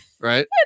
Right